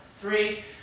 three